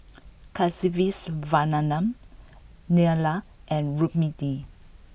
Kasiviswanathan Neila and Rukmini